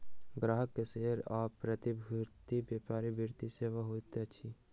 ग्राहक के शेयर आ प्रतिभूति व्यापार वित्तीय सेवा होइत अछि